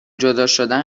جداشدن